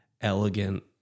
elegant